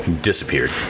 disappeared